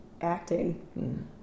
acting